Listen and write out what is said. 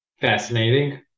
fascinating